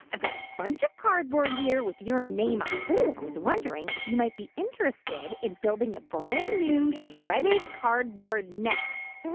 i've got a bunch of cardboard here with your name on it. i was wondering if you might be interested in building a brand-new, shredded cardboard nest